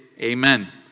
Amen